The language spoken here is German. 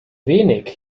wenig